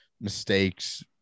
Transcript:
mistakes